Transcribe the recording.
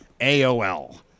AOL